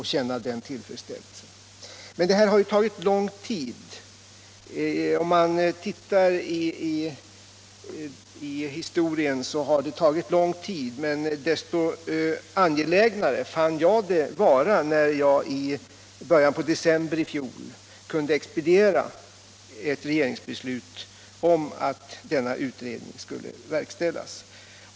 I ett historiskt perspektiv finner man att det tagit lång tid att komma fram till dagens läge. Desto angelägnare fann jag det därför också vara att, som jag i början på december i fjol kunde göra, expediera ett regeringsbeslut om att en utredning av frågan skulle verkställas.